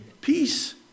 peace